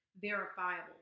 verifiable